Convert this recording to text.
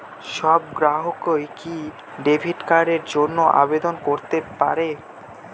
সব গ্রাহকই কি ডেবিট কার্ডের জন্য আবেদন করতে পারে?